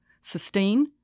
sustain